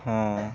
অঁ